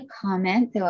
comment